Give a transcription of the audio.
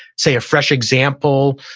say, a fresh example,